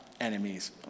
enemies